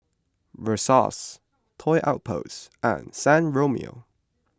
Versace Toy Outpost and San Remo